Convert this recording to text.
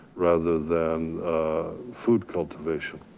rather than food cultivation.